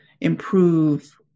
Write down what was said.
improve